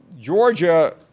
Georgia